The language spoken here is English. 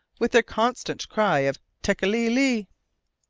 with their constant cry of tekeli-li?